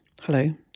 Hello